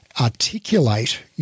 articulate